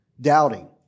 doubting